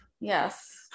Yes